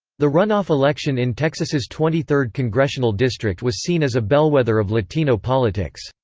the runoff election in texas' twenty third congressional district was seen as a bellwether of latino politics.